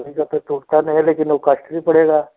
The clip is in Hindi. लकड़ी का तो टूटता नहीं है लेकिन वो कॉस्टली पड़ेगा